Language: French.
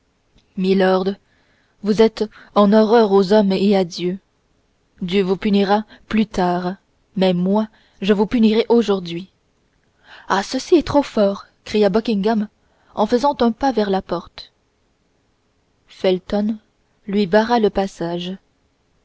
milord vous êtes en horreur aux hommes et à dieu dieu vous punira plus tard mais moi je vous punirai aujourd'hui ah ceci est trop fort cria buckingham en faisant un pas vers la porte felton lui barra le passage